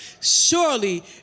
Surely